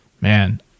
man